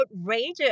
outrageous